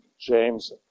James